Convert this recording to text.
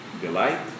delight